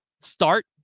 start